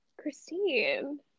Christine